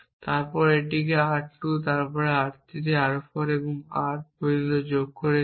তারপর এটিতে R 2 তারপর R 3 R 4 এবং R l পর্যন্ত যোগ করেছি